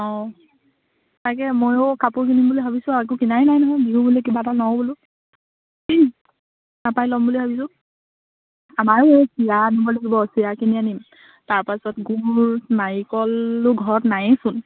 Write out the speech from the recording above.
অঁ তাকে ময়ো কাপোৰ কিনিম বুলি ভাবিছোঁ একো কিনাই নাই নহয় বিহু বুলি কিবা এটা লওঁ বোলো তাপাই ল'ম বুলি ভাবিছোঁ আমাৰো এই চিৰা আনিব লাগিব চিৰা কিনি আনিম তাৰপাছত গুড় নাৰিকলো ঘৰত নায়েইচোন